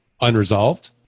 unresolved